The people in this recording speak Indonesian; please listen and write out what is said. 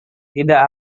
tidak